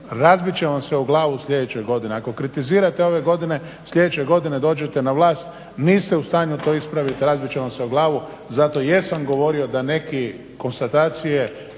razbit će vam se u glavu u sljedećoj godini. Ako kritizirate ove godine, sljedeće godine dođete na vlast niste u stanju to ispraviti, razbit će vam se u glavu. Zato i jesam govorio da neki konstatacije